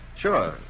Sure